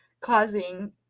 causing